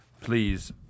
Please